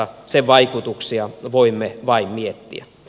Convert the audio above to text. sen vaikutuksia voimme vain miettiä